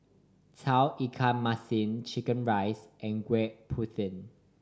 Tauge Ikan Masin chicken rice and Gudeg Putih